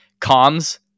comms